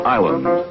Island